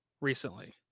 recently